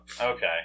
Okay